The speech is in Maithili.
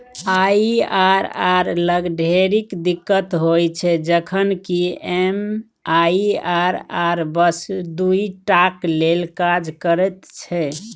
आई.आर.आर लग ढेरिक दिक्कत होइत छै जखन कि एम.आई.आर.आर बस दुइ टाक लेल काज करैत छै